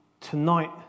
tonight